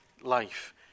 life